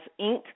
Inc